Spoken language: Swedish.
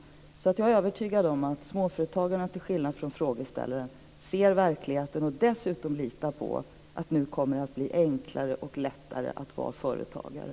Därför är jag övertygad om att småföretagarna, till skillnad från frågeställaren, ser verkligheten och dessutom litar på att det nu kommer att bli lättare att vara företagare.